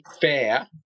fair